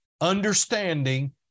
understanding